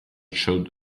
showed